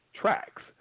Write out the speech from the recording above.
tracks